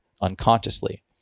unconsciously